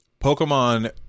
Pokemon